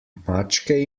mačke